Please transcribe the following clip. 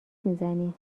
میزنی